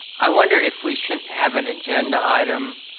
i wondered if we shouldn't have an agenda item.